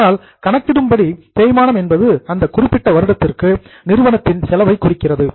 ஆனால் கணக்கிடும்படி தேய்மானம் என்பது அந்த குறிப்பிட்ட வருடத்திற்கு நிறுவனத்தின் செலவை குறிக்கிறது